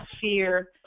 fear